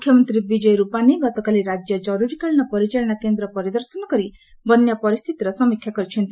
ମୁଖ୍ୟମନ୍ତ୍ରୀ ବିଜୟ ରୂପାନୀ ଗତକାଲି ରାଜ୍ୟ ଜରୁରୀକାଳୀନ ପରିଚାଳନା କେନ୍ଦ୍ର ପରିଦର୍ଶନ କରି ବନ୍ୟା ପରିସ୍ଥିତିର ସମୀକ୍ଷା କରିଛନ୍ତି